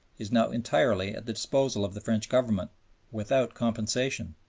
is now entirely at the disposal of the french government without compensation,